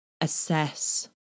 assess